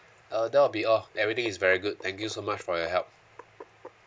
uh that'll be all everything is very good thank you so much for your help